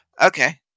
okay